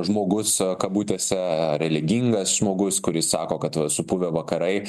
žmogus kabutėse religingas žmogus kuris sako kad supuvę vakarai